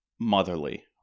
motherly